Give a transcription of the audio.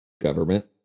Government